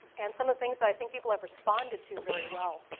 and some of the things that i think people have responded to very well.